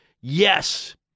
yes